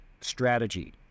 strategy